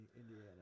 Indiana